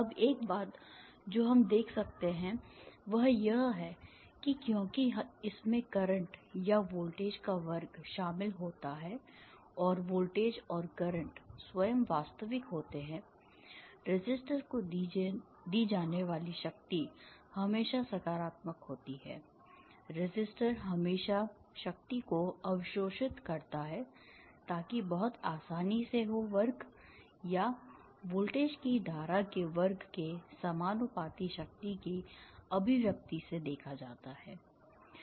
अब एक बात जो हम देख सकते हैं वह यह है कि क्योंकि इसमें करंट या वोल्टेज का वर्ग शामिल होता है और वोल्टेज और करंट स्वयं वास्तविक होते हैं रेसिस्टर को दी जाने वाली शक्ति हमेशा सकारात्मक होती है रेसिस्टर हमेशा शक्ति को अवशोषित करता है ताकि बहुत आसानी से हो वर्ग या वोल्टेज की धारा के वर्ग के समानुपाती शक्ति की अभिव्यक्ति से देखा जाता है